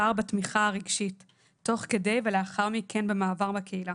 פער בתמיכה הרגשי תוך כדי ובמעבר לקהילה.